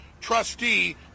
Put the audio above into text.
trustee